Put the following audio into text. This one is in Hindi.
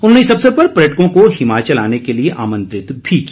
उन्होंने इस अवसर पर पर्यटकों को हिमाचल आने के लिए आमंत्रित भी किया